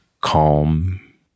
calm